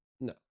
no